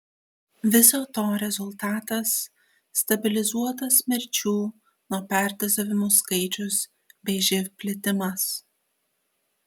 viso to rezultatas stabilizuotas mirčių nuo perdozavimų skaičius bei živ plitimas